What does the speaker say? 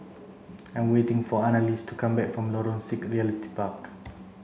I'm waiting for Annalise to come back from Lorong six Realty Park